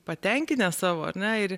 patenkinęs savo ar ne ir